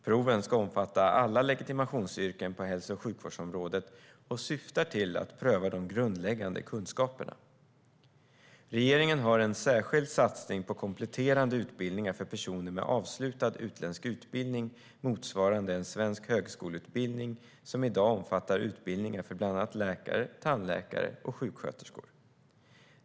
Proven ska omfatta alla legitimationsyrken på hälso och sjukvårdsområdet och syftar till att pröva de grundläggande kunskaperna. Regeringen har en särskild satsning på kompletterande utbildningar för personer med avslutad utländsk utbildning motsvarande en svensk högskoleutbildning som i dag omfattar utbildningar för bland annat läkare, tandläkare och sjuksköterskor.